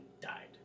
died